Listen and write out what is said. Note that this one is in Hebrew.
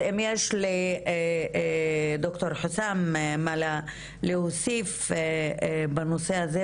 אז אם יש לדוקטור חוסאם מה להוסיף בנושא הזה,